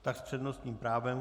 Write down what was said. Tak s přednostním právem.